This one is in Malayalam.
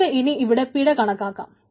നമുക്ക് ഇനി ഇവിടെ പിഴ കണക്കാക്കാം